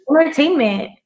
entertainment